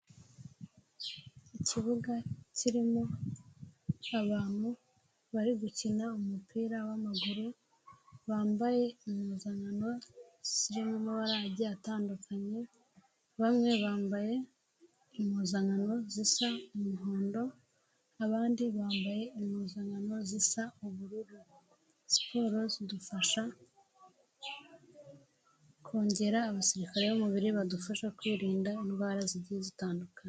Ikibuga kirimo abantu bari gukina umupira w'amaguru bambaye impuzanano zirimo amabara agiye atandukanye, bamwe bambaye impuzankano zisa umuhondo, abandi bambaye impuzankano zisa ubururu, siporo zidufasha kongera abasirikare b'umubiri badufasha kwirinda indwara zigiye zitandukanye.